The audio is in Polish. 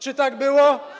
Czy tak było?